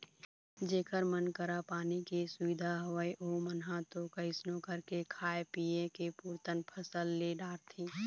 जेखर मन करा पानी के सुबिधा हवय ओमन ह तो कइसनो करके खाय पींए के पुरतन फसल ले डारथे